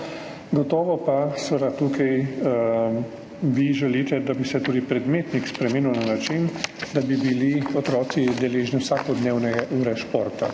Gotovo pa seveda tukaj vi želite, da bi se tudi predmetnik spremenil na način, da bi bili otroci deležni vsakodnevne ure športa.